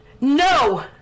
No